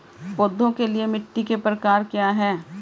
पौधों के लिए मिट्टी के प्रकार क्या हैं?